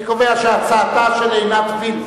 אני קובע שהצעתה של עינת וילף,